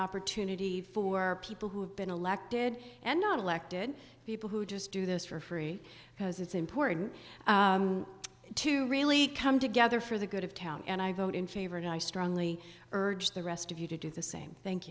opportunity for people who have been elected and not elected people who just do this for free because it's important to really come together for the good of town and i vote in favor and i strongly urge the rest of you to do the same thank